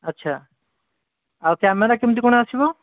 ଆଚ୍ଛା ଆଉ କ୍ୟାମେରା କେମିତି କ'ଣ ଆସିବ